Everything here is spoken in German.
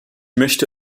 möchte